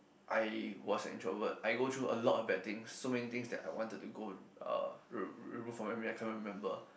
I was an introvert I go through a lot of bad things so many things that I wanted to go uh re~ remove from memory I can't remember